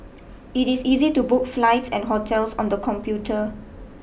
it is easy to book flights and hotels on the computer